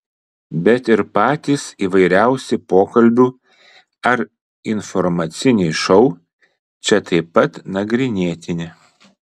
bet ir patys įvairiausi pokalbių ar informaciniai šou čia taip pat nagrinėtini